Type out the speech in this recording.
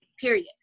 period